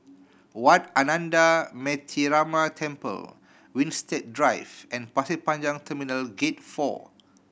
Wat Ananda Metyarama Temple Winstedt Drive and Pasir Panjang Terminal Gate Four